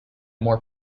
more